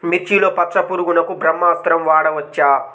మిర్చిలో పచ్చ పురుగునకు బ్రహ్మాస్త్రం వాడవచ్చా?